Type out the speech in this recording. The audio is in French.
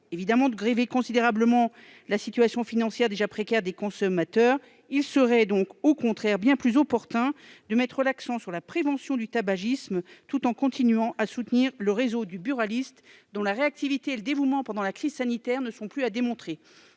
risque de grever considérablement la situation financière déjà précaire des consommateurs. Il serait au contraire bien plus opportun de mettre l'accent sur la prévention du tabagisme, tout en continuant à soutenir le réseau des buralistes, dont la réactivité et le dévouement pendant la crise sanitaire ne sont plus à démontrer.